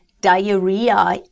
diarrhea